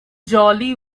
jolly